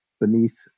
beneath